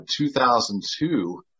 2002